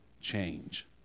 change